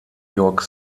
york